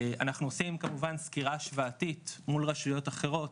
אנחנו עושים כמובן סקירה השוואתית מול רשויות אחרות,